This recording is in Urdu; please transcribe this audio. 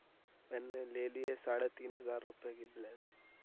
میںنے لے لیا ساڑھے تین ہزار روپے کی بلیزر